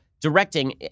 directing